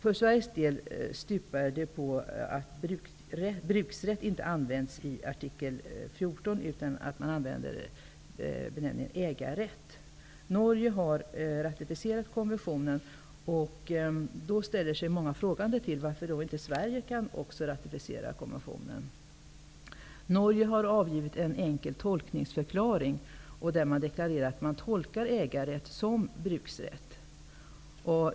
För Sveriges del stupar det på att bruksrätt inte används i artikel 14, utan att man använder ordet ägarrätt. Norge har ratificerat konventionen, och då ställer sig många frågande till varför inte Sverige kan göra det. Norge har avgivit en enkel tolkningsförklaring, där man deklarerar att man tolkar ägarrätt som brukningsrätt.